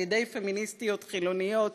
על-ידי פמיניסטיות חילוניות,